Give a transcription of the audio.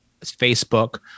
Facebook